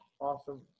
Awesome